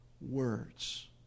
Words